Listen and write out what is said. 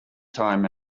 time